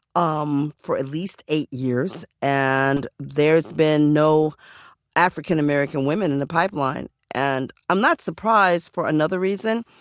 um for at least eight years. and there's been no african-american women in the pipeline. and i'm not surprised for another reason